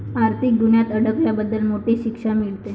आर्थिक गुन्ह्यात अडकल्याबद्दल मोठी शिक्षा आहे